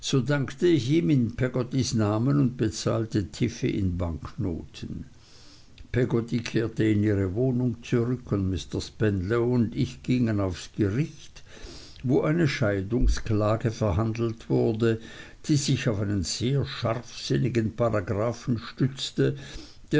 ich ihm in peggottys namen und bezahlte tiffey in banknoten peggotty kehrte in ihre wohnung zurück und mr spenlow und ich gingen aufs gericht wo eine scheidungsklage verhandelt wurde die sich auf einen sehr scharfsinnigen paragraphen stützte